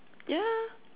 yeah